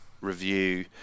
review